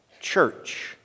church